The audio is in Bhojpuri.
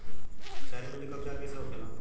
क्षारीय मिट्टी का उपचार कैसे होखे ला?